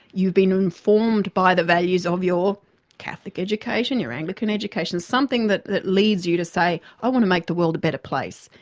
you've been informed by the values of your catholic education, your anglican education something that that leads you to say, i want to make the world a better place,